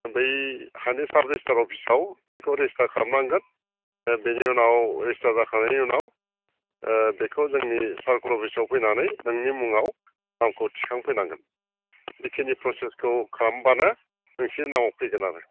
बै हानि साब रेजिस्टार अफिसाव बेखौ रेजिस्टार खालामनांगोन दा बेनि उनाव रेजिस्टार जाखांनायनि उनाव बेखौ जोंनि सारकोल अफिसाव फैनानै नोंनि मुङाव नामखौ थिखां फैनांगोन बेखिनि प्रसेसखौ खालामब्लानो नोंसिनि नामाव फैगोन आरो